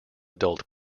adult